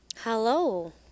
Hello